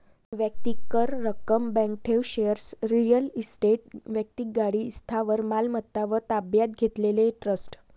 संपत्ती कर, रक्कम, बँक ठेव, शेअर्स, रिअल इस्टेट, वैक्तिक गाडी, स्थावर मालमत्ता व ताब्यात घेतलेले ट्रस्ट